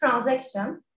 transaction